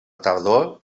tardor